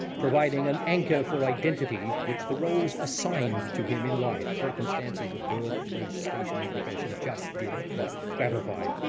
providing an anchor for identity which the roles assigned to him in life, circumstances of birth, place, station, and profession, just did not gratify.